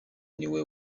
niwe